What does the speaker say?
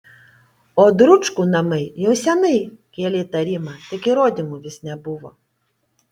o dručkų namai jau seniai kėlė įtarimą tik įrodymų vis nebuvo